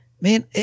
Man